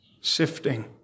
sifting